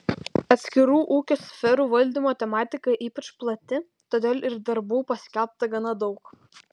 atskirų ūkio sferų valdymo tematika ypač plati todėl ir darbų paskelbta gana daug